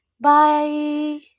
Bye